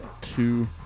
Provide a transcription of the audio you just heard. two